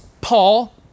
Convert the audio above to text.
Paul